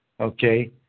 okay